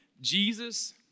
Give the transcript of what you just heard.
Jesus